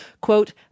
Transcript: Quote